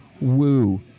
Woo